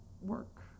work